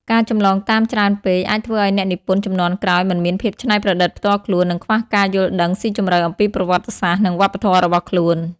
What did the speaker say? ការចម្លងតាមច្រើនពេក អាចធ្វើឲ្យអ្នកនិពន្ធជំនាន់ក្រោយមិនមានភាពច្នៃប្រឌិតផ្ទាល់ខ្លួន និងខ្វះការយល់ដឹងស៊ីជម្រៅអំពីប្រវត្តិសាស្ត្រ និងវប្បធម៌របស់ខ្លួន។